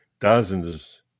dozens